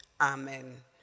amen